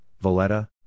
Valletta